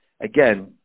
again